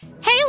Hey